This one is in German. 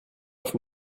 auf